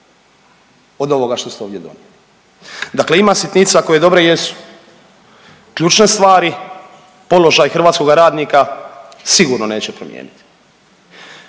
od ovoga što ste ovdje donijeli. Dakle ima sitnica koje dobre jesu. Ključne stvari, položaj hrvatskoga radnika sigurno neće promijeniti.